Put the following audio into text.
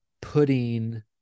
putting